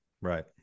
Right